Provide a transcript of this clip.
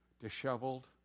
disheveled